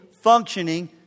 functioning